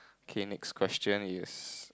okay next question is